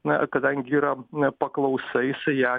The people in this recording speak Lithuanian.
na kadangi yra paklausa jisai ją